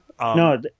No